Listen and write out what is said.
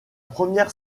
première